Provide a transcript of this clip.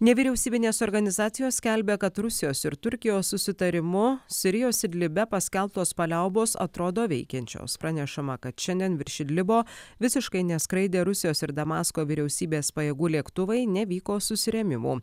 nevyriausybinės organizacijos skelbia kad rusijos ir turkijos susitarimu sirijos idlibe paskelbtos paliaubos atrodo veikiančios pranešama kad šiandien virš idlibo visiškai neskraidė rusijos ir damasko vyriausybės pajėgų lėktuvai nevyko susirėmimų